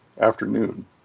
afternoon